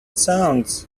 sounds